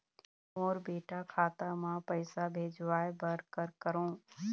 मोर बेटा खाता मा पैसा भेजवाए बर कर करों?